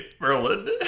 Merlin